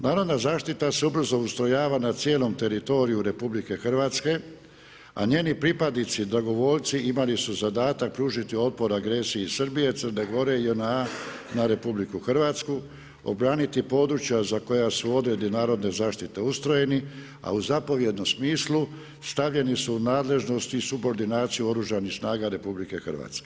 Narodna zaštita se ubrzo ustrojava na cijelom teritoriju RH, a njeni pripadnici, zagovornici, imali su zadatak otpor agresiji, Srbiji, Crne Gore, JNA na RH obraniti područja za koja su odredbi narodne zaštite ustrojeni a u zapovjednom smislu, stavljeni su u nadležnosti su koordinacija oružanih snaga RH.